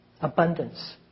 abundance